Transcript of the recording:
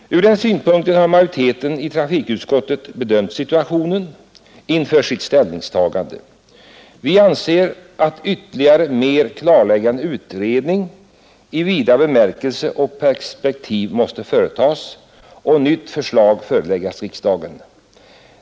Ur denna synpunkt har majoriteten i trafikutskottet bedömt situationen inför sitt ställningstagande. Vi anser att en ytterligare, mer klarläggande utredning i vid bemärkelse och med större perspektiv måste företagas samt nytt förslag föreläggas riksdagen.